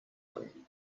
room